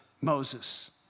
Moses